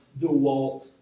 DeWalt